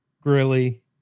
Grilly